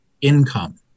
income